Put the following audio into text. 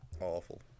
Awful